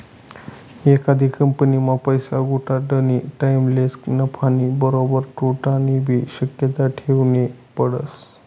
एखादी कंपनीमा पैसा गुताडानी टाईमलेच नफानी बरोबर तोटानीबी शक्यता ठेवनी पडस